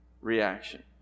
reaction